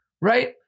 right